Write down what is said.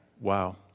wow